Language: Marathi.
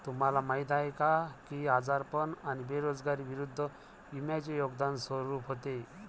तुम्हाला माहीत आहे का की आजारपण आणि बेरोजगारी विरुद्ध विम्याचे योगदान स्वरूप होते?